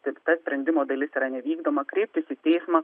kad ta sprendimo dalis yra nevykdoma kreiptis į teismą